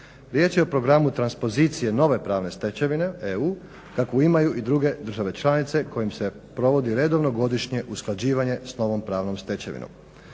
Riječ je o programu transpozicije nove pravne stečevine EU kakvu imaju i druge države članice kojim se provodi redovno godišnje usklađivanje s novom pravnom stečevinom.